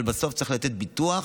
אבל בסוף צריך לתת ביטוח